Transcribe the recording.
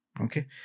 Okay